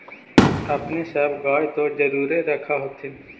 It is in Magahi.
अपने सब गाय तो जरुरे रख होत्थिन?